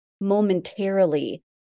momentarily